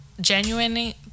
genuinely